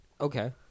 Okay